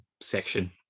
section